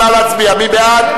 מי בעד?